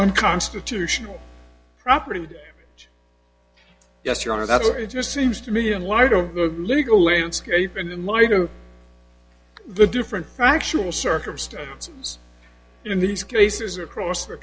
unconstitutional property yes your honor that's it just seems to me in light of the legal landscape in light of the different factual circumstances in these cases across the